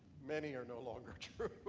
many are no longer true.